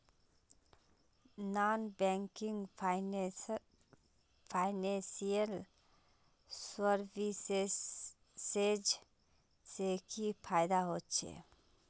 Non banking financial services से की फायदा होचे?